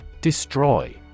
Destroy